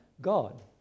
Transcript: God